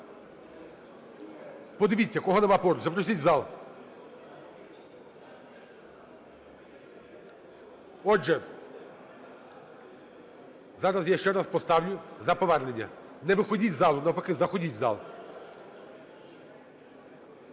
Подивіться, кого нема поруч, запросіть в зал. Отже, зараз я ще раз поставлю за повернення. Не виходіть з залу! Навпаки, заходіть в зал.